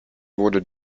wurde